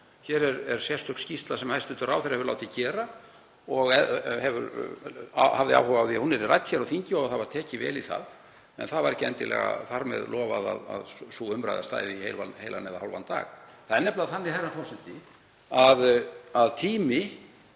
Hér er sérstök skýrsla sem hæstv. ráðherra hefur látið gera og hafði áhuga á því að hún yrði rædd á þingi og það var tekið vel í það. En það var ekki endilega þar með lofað að sú umræða stæði í heilan eða hálfan dag. Það er nefnilega þannig, herra forseti, að tími,